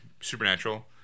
Supernatural